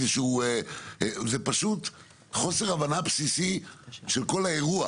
זה פשוט חוסר הבנה בסיסי של כל האירוע.